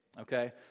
Okay